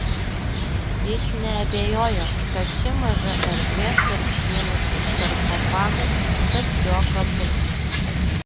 jis neabejojo kad ši maža erdvė tarp sienos ir sarkofago taps jo kapu